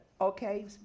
Okay